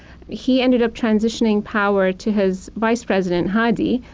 he ended up transitioning power to his vice president, hadi,